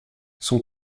son